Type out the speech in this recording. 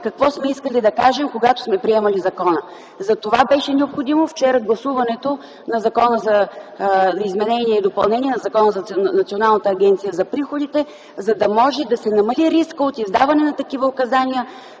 какво сме искали да кажем, когато сме приемали закона? Затова беше необходимо вчера гласуването на Закона за изменение и допълнение на Закона за Националната агенция за приходите, за да може да се намали рискът от издаване на такива указания,